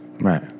Right